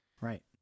right